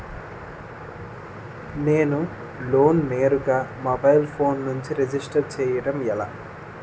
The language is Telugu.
నేను లోన్ నేరుగా మొబైల్ ఫోన్ నుంచి రిజిస్టర్ చేయండి ఎలా?